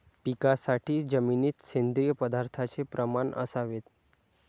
पिकासाठी जमिनीत सेंद्रिय पदार्थाचे प्रमाण असावे